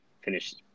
finished